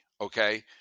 okay